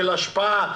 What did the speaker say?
של השפעה,